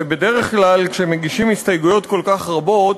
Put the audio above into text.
ובדרך כלל כשמגישים הסתייגויות כל כך רבות